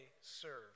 serve